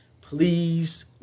Please